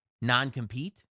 non-compete